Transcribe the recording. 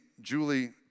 Julie